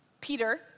Peter